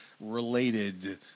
related